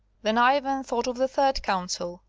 then ivan thought of the third counsel,